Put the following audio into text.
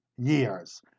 years